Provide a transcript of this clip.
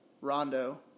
Rondo